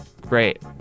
great